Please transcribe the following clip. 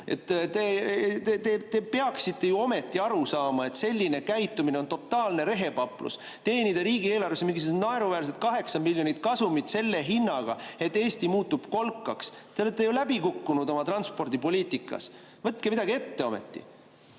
Te peaksite ju ometi aru saama, et selline käitumine on totaalne rehepaplus. Teenida riigieelarvesse mingisugused naeruväärsed 8 miljonit eurot kasumit selle hinnaga, et Eesti muutub kolkaks! Te olete ju läbi kukkunud oma transpordipoliitikas. Võtke ometi